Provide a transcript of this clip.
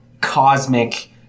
cosmic